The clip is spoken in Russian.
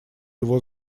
его